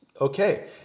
okay